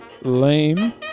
Lame